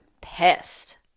pissed